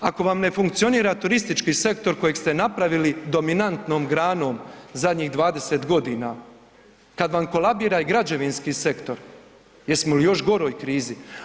Ako vam ne funkcionira turistički sektor kojeg ste napravili dominantnom granom zadnjih 20.g., kad vam kolabira i građevinski sektor, jesmo li u još goroj krizi?